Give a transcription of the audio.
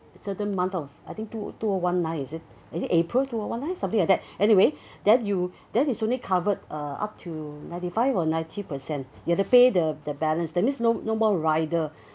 certain month of I think two two o one nine is it is it april two o one nine something like that anyway that you that is only covered uh up to ninety five or ninety percent you have to pay the the balance that means no no more rider